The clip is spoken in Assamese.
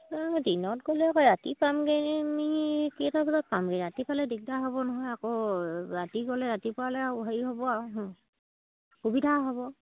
দিনত গ'লে আকৌ ৰাতি পামগৈনি কেইটা বজাত পামগৈ ৰাতি পালে দিগদাৰ হ'ব নহয় আকৌ ৰাতি গ'লে ৰাতিপুৱালৈ আৰু হেৰি হ'ব আৰু সুবিধা হ'ব